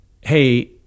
hey